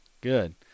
Good